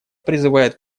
призывает